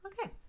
Okay